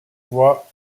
voient